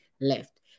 left